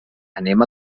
anem